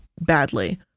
badly